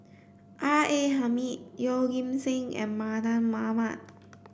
R A Hamid Yeoh Ghim Seng and Mardan Mamat